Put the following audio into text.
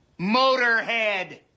Motorhead